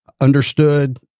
understood